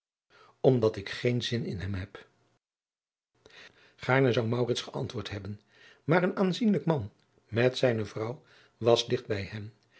omdat ik geen zin in hem heb gaarne zou maurits geantwoord hebben maar een aanzienlijk man met zijne vrouw was digt bij hen